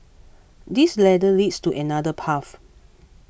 this ladder leads to another path